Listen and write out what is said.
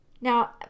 Now